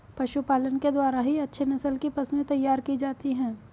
पशुपालन के द्वारा ही अच्छे नस्ल की पशुएं तैयार की जाती है